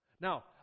Now